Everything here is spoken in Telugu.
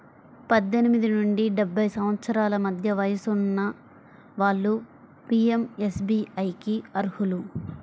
పద్దెనిమిది నుండి డెబ్బై సంవత్సరాల మధ్య వయసున్న వాళ్ళు పీయంఎస్బీఐకి అర్హులు